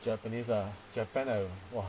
japanese ah japan 的哇